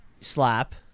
Slap